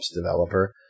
developer